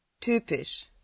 Typisch